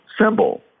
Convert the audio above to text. Symbol